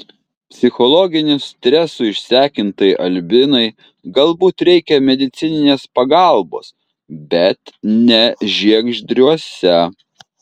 psichologinių stresų išsekintai albinai galbūt reikia medicininės pagalbos bet ne žiegždriuose